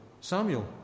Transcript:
Samuel